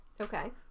Okay